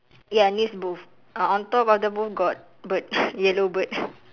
ya news booth uh on top of the booth got bird yellow bird